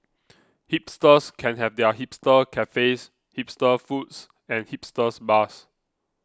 hipsters can have their hipster cafes hipster foods and hipsters bars